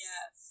Yes